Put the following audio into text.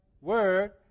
Word